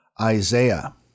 Isaiah